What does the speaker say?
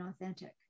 authentic